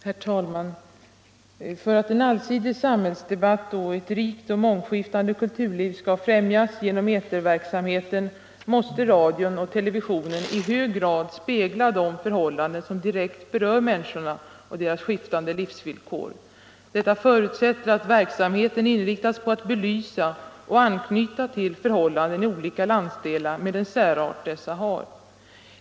Herr talman! För att en allsidig samhällsdebatt och ett rikt och mångskiftande kulturliv skall främjas genom eterverksamheten måste radion och televisionen i hög grad spegla de förhållanden som direkt berör människorna och deras skiftande livsvillkor. Detta förutsätter att verksamheten inriktas på att belysa och anknyta till förhållanden i olika landsdelar med den särart dessa har.